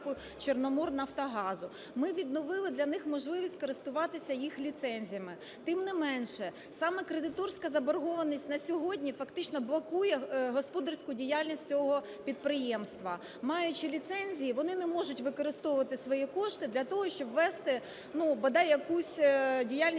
"Чорноморнафтогазу". Ми відновили для них можливість користуватися їх ліцензіями. Тим неменше, саме кредиторська заборгованість на сьогодні фактично блокує господарську діяльність цього підприємства. Маючи ліцензії, вони не можуть використовувати свої кошти для того, щоб вести, ну, бодай якусь діяльність